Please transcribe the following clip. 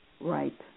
Right